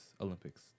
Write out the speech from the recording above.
Olympics